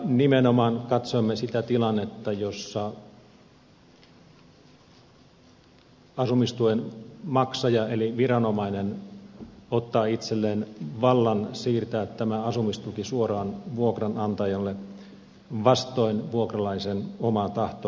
nimenomaan katsoimme sitä tilannetta jossa asumistuen maksaja eli viranomainen ottaa itselleen vallan siirtää tämän asumistuen suoraan vuokranantajalle vastoin vuokralaisen omaa tahtoa